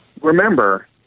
remember